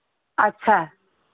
अच्छा